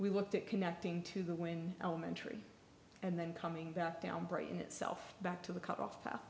we looked at connecting to the wynn elementary and then coming back down brighton itself back to the cut off